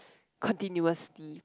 continuously